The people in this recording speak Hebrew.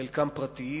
חלקם פרטיים.